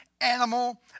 animal